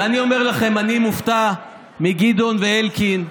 ואני אומר לכם, אני מופתע מגדעון ואלקין.